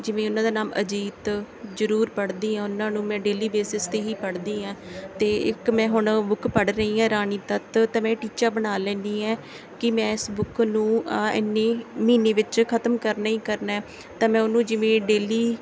ਜਿਵੇਂ ਉਹਨਾਂ ਦਾ ਨਾਮ ਅਜੀਤ ਜ਼ਰੂਰ ਪੜ੍ਹਦੀ ਹਾਂ ਉਹਨਾਂ ਨੂੰ ਮੈਂ ਡੇਲੀ ਬੇਸਿਸ 'ਤੇ ਹੀ ਪੜ੍ਹਦੀ ਹਾਂ ਅਤੇ ਇੱਕ ਮੈਂ ਹੁਣ ਬੁੱਕ ਪੜ੍ਹ ਰਹੀ ਹਾਂ ਰਾਣੀ ਤੱਤ ਤਾਂ ਮੈਂ ਟੀਚਾ ਬਣਾ ਲੈਂਦੀ ਏ ਕਿ ਮੈਂ ਇਸ ਬੁੱਕ ਨੂੰ ਇੰਨੇ ਮਹੀਨੇ ਵਿੱਚ ਖਤਮ ਕਰਨਾ ਹੀ ਕਰਨਾ ਤਾਂ ਮੈਂ ਉਹਨੂੰ ਜਿਵੇਂ ਡੇਲੀ